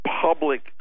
public